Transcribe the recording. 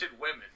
women